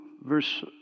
verse